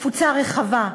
בתפוצה רחבה,